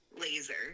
laser